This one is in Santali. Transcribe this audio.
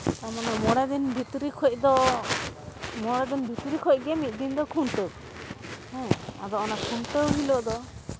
ᱢᱚᱬᱮ ᱫᱤᱱ ᱵᱷᱤᱛᱨᱤ ᱠᱷᱚᱡ ᱫᱚ ᱢᱚᱬᱮ ᱫᱤᱱ ᱵᱷᱤᱛᱨᱤ ᱠᱷᱚᱡ ᱜᱮ ᱢᱤᱫ ᱫᱤᱱ ᱫᱚ ᱠᱷᱩᱱᱴᱟᱹᱣ ᱟᱫᱚ ᱦᱮᱸ ᱚᱱᱟ ᱠᱷᱩᱱᱴᱟᱹᱣ ᱦᱤᱞᱳᱜ ᱫᱚ